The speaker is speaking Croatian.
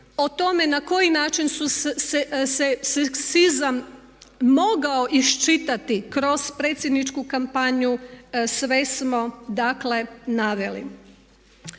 o tome na koji način su se seksizam mogao iščitati kroz predsjedničku kampanju sve smo dakle naveli.